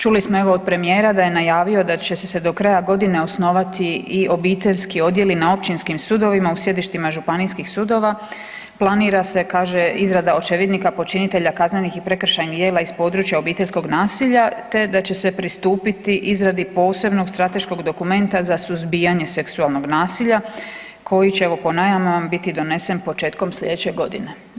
Čuli smo evo od premijera da je najavio da će se do kraja godine osnovati i obiteljski odjeli na općinskim sudovima u sjedištima županijskih sudova, planira se kaže izrada očevidnika počinitelja kaznenih i prekršajnih djela iz područja obiteljskog nasilja te da će se pristupiti izradi posebnog strateškog dokumenta za suzbijanje seksualnog nasilja koji će evo po najavama biti donesen početkom sljedeće godine.